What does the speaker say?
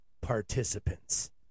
participants